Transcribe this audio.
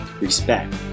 respect